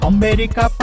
America